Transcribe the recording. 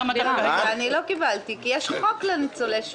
את קיבלת תשובה.